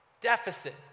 Deficit